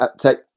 take